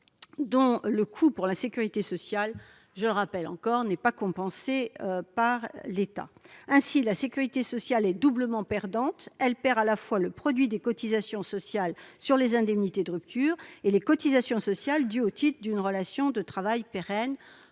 dont le coût pour la sécurité sociale n'est pas compensé par l'État. Ainsi, la sécurité sociale est doublement perdante : elle perd à la fois le produit des cotisations sociales sur les indemnités de rupture conventionnelle et les cotisations sociales dues au titre d'une relation de travail pérenne.